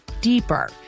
deeper